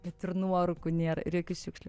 bet ir nuorūkų nėra ir jokių šiukšlių